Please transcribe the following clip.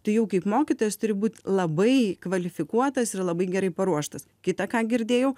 tu jau kaip mokytojas turi būt labai kvalifikuotas ir labai gerai paruoštas kitą ką girdėjau